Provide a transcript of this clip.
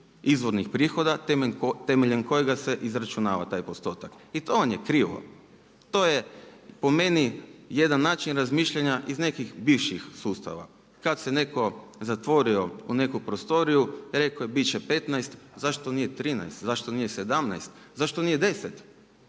izvornih prihoda temeljem kojega se izračunava taj postotak. I to vam je krivo, to je po meni jedan način razmišljanja iz nekih bivših sustava. Kad se neko zatvorio u neku prostoriju rekao je bit će 15, zašto nije 13, zašto nije 17, zašto nije 10.